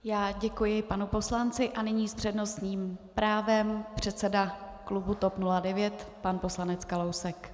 Já děkuji panu poslanci a nyní s přednostním právem předseda klubu TOP 09 pan poslanec Kalousek.